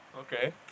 Okay